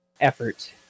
effort